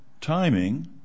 timing